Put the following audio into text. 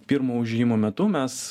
pirmo užėjimo metu mes